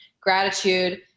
gratitude